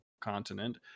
continent